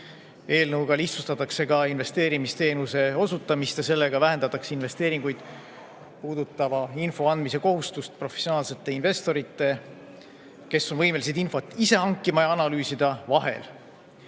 Eelnõuga lihtsustatakse ka investeerimisteenuse osutamist ja sellega vähendatakse investeeringuid puudutava info andmise kohustust professionaalsete investorite vahel, kes on võimelised infot ise hankima ja analüüsima.